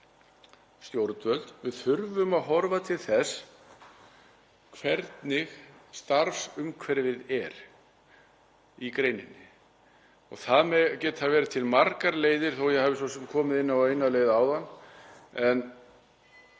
stjórnvöld að horfa til þess hvernig starfsumhverfið er í greininni. Það geta verið til margar leiðir, þó að ég hafi svo sem komið inn á eina leið áðan, en